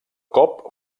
cop